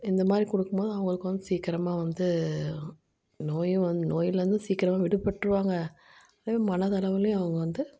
இந்த மாதிரி கொடுக்கும் போது அவங்களுக்கு வந்து சீக்கிரமா வந்து நோயும் வந்து நோயிலிருந்தும் சீக்கிரமா விடுப்பட்டுடுவாங்க அதே மனதளவுலேயும் அவங்க வந்து